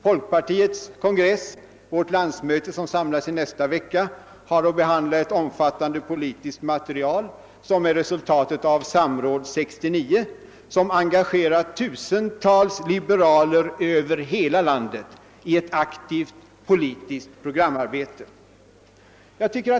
Folkpartiets kongress, vårt landsmöte, som samlas i nästa vecka, har att behandla ett omfattande politiskt material som är resultatet av Samråd 69, vilket engagerat tusentals libe raler över hela landet i ett aktivt politiskt programarbete.